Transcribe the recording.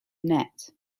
net